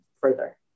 further